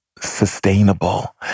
sustainable